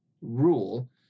rule